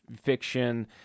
fiction